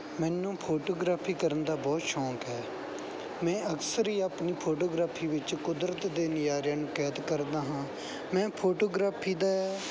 ਮੈਨੂੰ ਫੋਟੋਗ੍ਰਾਫੀ ਕਰਨ ਦਾ ਬਹੁਤ ਸ਼ੌਕ ਹੈ ਮੈਂ ਅਕਸਰ ਹੀ ਆਪਣੀ ਫੋਟੋਗ੍ਰਾਫੀ ਵਿੱਚ ਕੁਦਰਤ ਦੇ ਨਜ਼ਾਰਿਆਂ ਨੂੰ ਕੈਦ ਕਰਦਾ ਹਾਂ ਮੈਂ ਫੋਟੋਗ੍ਰਾਫੀ ਦਾ